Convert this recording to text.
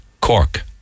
Cork